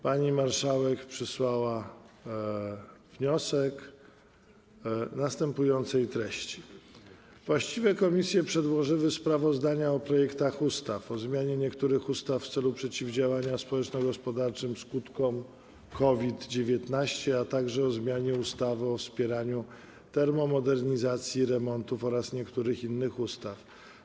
Pani marszałek przysłała wniosek następującej treści: Właściwe komisje przedłożyły sprawozdania o projektach ustaw: - o zmianie niektórych ustaw w celu przeciwdziałania społeczno-gospodarczym skutkom COVID-19, - o zmianie ustawy o wspieraniu termomodernizacji i remontów oraz niektórych innych ustaw.